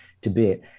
Tibet